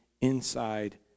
inside